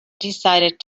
decided